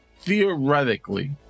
theoretically